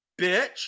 bitch